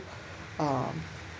um